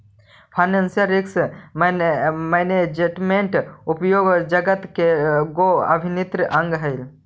financial risk management उद्योग जगत के गो अभिन्न अंग हई